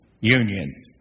union